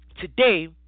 today